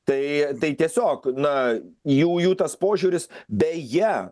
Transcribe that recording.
tai tai tiesiog na jų jų tas požiūris beje